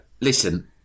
listen